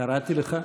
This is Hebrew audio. קראתי לך.